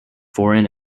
foreign